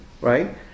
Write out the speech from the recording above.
right